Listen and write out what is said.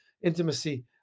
intimacy